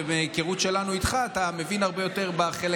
ומההיכרות שלנו איתך אתה מבין הרבה יותר בחלק